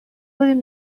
بودیم